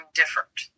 different